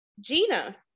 Gina